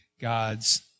God's